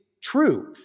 true